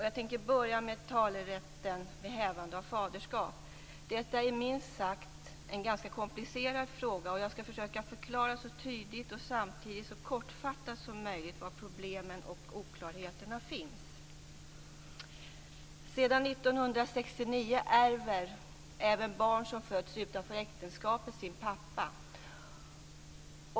Jag tänker börja med talerätten vid hävande av faderskap. Detta är, minst sagt, en ganska komplicerad fråga. Jag skall försöka förklara så tydligt och samtidigt så kortfattat som möjligt var problemen och oklarheterna finns. Sedan 1969 ärver även barn som fötts utanför äktenskapet sin pappa.